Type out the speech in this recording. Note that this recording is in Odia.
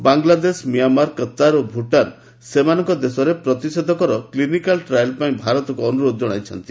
ବାଙ୍ଗଲାଦେଶ ମ୍ୟାମାର୍ କତାର୍ ଓ ଭୁଟାନ ସେମାନଙ୍କ ଦେଶରେ ପ୍ରତିଷେଧକର କ୍ଲିନିକାଲ୍ ଟ୍ରାଏଲ୍ ପାଇଁ ଭାରତକୁ ଅନୁରୋଧ ଜଣାଇଛନ୍ତି